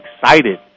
excited